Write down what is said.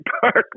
Park